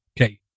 okay